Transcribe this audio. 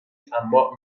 طماع